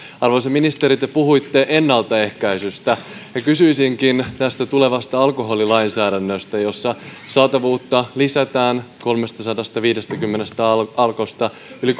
arvoisa ministeri te puhutte ennaltaehkäisystä ja kysyisinkin tästä tulevasta alkoholilainsäädännöstä jossa saatavuutta lisätään kolmestasadastaviidestäkymmenestä alkosta yli